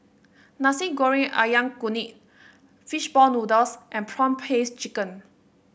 Nasi Goreng ayam Kunyit fish ball noodles and prawn paste chicken